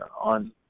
on